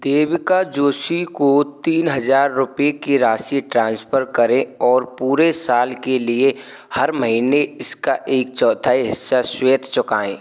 देविका जोशी को तीन हज़ार रुपये की राशि ट्रांसफ़र करे और पूरे साल के लिए हर महीने इसका एक चौथाई हिस्सा स्वेत चुकाएँ